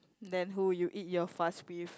then who you eat you are fast with